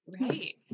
Right